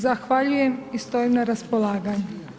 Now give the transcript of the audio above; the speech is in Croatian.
Zahvaljujem i stojim na raspolaganju.